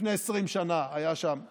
לפני 20 שנה היה שם x,